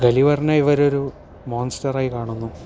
ഗലിവറിനെ ഇവരൊരു മോൺസ്റ്ററായി കാണുന്നു